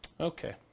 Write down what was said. Okay